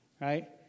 right